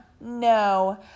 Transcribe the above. no